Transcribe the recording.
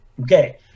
okay